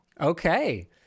Okay